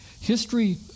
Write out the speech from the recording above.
History